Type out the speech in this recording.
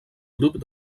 grup